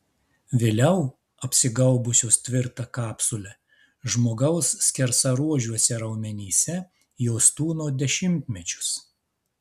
vėliau apsigaubusios tvirta kapsule žmogaus skersaruožiuose raumenyse jos tūno dešimtmečius